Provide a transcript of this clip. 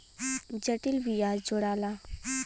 जटिल बियाज जोड़ाला